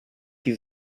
die